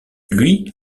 lui